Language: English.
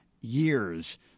years